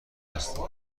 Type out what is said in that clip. هستیم